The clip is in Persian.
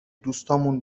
دوستامون